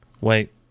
Wait